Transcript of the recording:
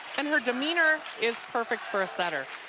and her demeanor is perfect for a setter.